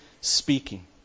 speaking